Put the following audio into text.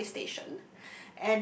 railway station